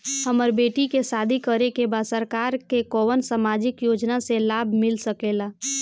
हमर बेटी के शादी करे के बा सरकार के कवन सामाजिक योजना से लाभ मिल सके ला?